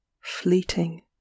fleeting